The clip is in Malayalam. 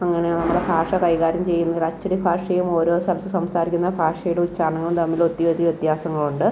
അങ്ങനെ നമ്മളെ ഭാഷ കൈകാര്യം ചെയ്യുന്ന അച്ചടി ഭാഷയും ഓരോ ശബ്ദം സംസാരിക്കുന്ന ഭാഷയുടെ ഉച്ചാരണം കൊണ്ട് നമ്മൾ ഒത്തിരി ഒത്തിരി വ്യത്യാസങ്ങളുണ്ട്